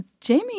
Jamie